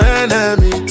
enemy